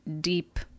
deep